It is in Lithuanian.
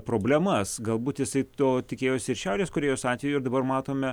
problemas galbūt jisai to tikėjosi šiaurės korėjos atveju dabar matome